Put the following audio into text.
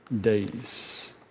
days